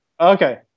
Okay